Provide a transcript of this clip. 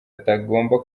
atagomba